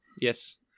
Yes